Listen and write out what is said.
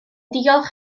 diolch